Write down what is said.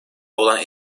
olan